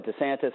DeSantis